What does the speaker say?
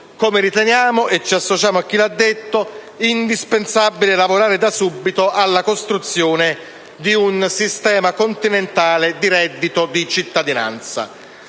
modo riteniamo - e ci associamo a chi lo ha detto - che sia indispensabile lavorare sin da subito alla costruzione di un sistema continentale di reddito di cittadinanza.